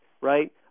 right